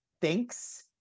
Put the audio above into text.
thinks